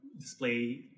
display